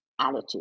attitude